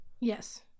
Yes